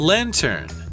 Lantern